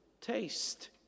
taste